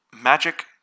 magic